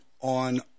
on